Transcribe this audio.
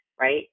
right